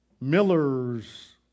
Miller's